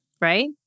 Right